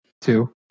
Two